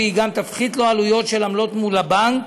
והיא גם תפחית לו עלויות של עמלות מול הבנק.